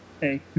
hey